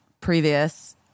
previous